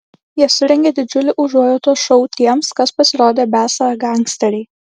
jie surengė didžiulį užuojautos šou tiems kas pasirodė besą gangsteriai